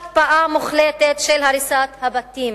הקפאה מוחלטת של הריסת הבתים